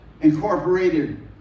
incorporated